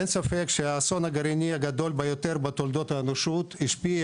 אין ספק שהאסון הגרעיני הגדול ביותר בתולדות האנושות השפיע